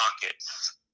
pockets